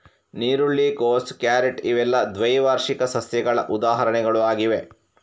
ನೀರುಳ್ಳಿ, ಕೋಸು, ಕ್ಯಾರೆಟ್ ಇವೆಲ್ಲ ದ್ವೈವಾರ್ಷಿಕ ಸಸ್ಯಗಳ ಉದಾಹರಣೆಗಳು ಆಗಿವೆ